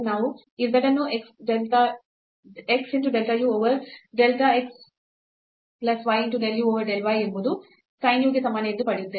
ನಾವು ಈ z ಅನ್ನು x del u over del x plus y del u over del y ಎಂಬುದು sin u ಗೆ ಸಮಾನ ಎಂದು ಪಡೆಯುತ್ತೇವೆ